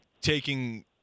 taking